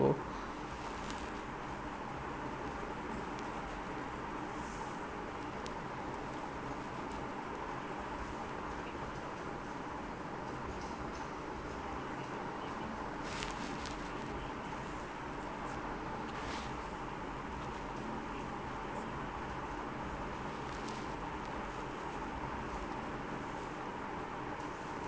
also